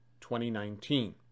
2019